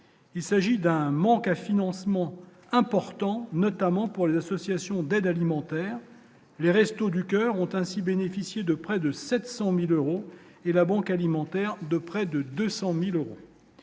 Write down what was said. il s'agit d'un manque à financement important notamment pour les associations d'aide alimentaire, les Restos du coeur ont ainsi bénéficié de près de 700000 euros et la Banque alimentaire de près de 200000 euros,